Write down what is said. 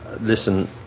listen